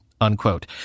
unquote